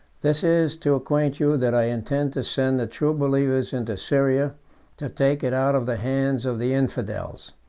this is to acquaint you, that i intend to send the true believers into syria to take it out of the hands of the infidels.